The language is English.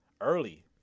early